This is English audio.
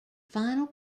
final